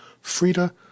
Frida